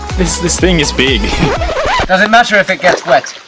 this this thing is big. does it matter if it gets wet?